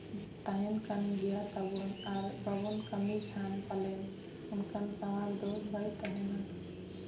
ᱛᱟᱦᱮᱱ ᱠᱟᱱ ᱜᱮᱭᱟ ᱛᱟᱵᱚᱱ ᱟᱨ ᱵᱟᱵᱚᱱ ᱠᱟᱹᱢᱤ ᱠᱷᱟᱱ ᱯᱟᱞᱮᱱ ᱚᱱᱠᱟᱱ ᱥᱟᱶᱟᱨ ᱫᱚ ᱵᱟᱭ ᱛᱟᱦᱮᱱᱟ